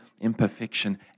imperfection